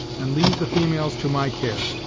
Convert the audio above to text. and leave the females to my care.